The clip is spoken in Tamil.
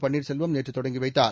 பன்னீர்செல்வம் நேற்று தொடங்கி வைத்தார்